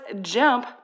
jump